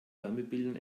wärmebildern